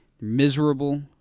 miserable